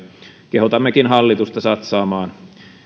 kehotammekin hallitusta satsaamaan